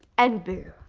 and boo.